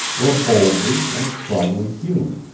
were boldly and strongly hewn,